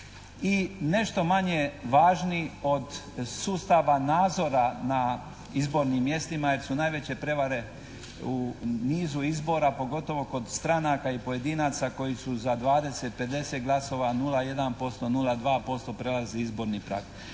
i nešto manje važni od sustava nadzora nad izbornim mjestima jer su najveće prevare u nizu izbora pogotovo kod stranaka i pojedinaca koji su za 20, 50 glasova, 0,1%, 0,2% prelazi izborni prag.